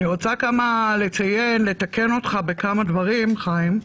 אני רוצה לציין ולתקן אותך בכמה דברים, חיים.